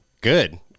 Good